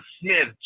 Smith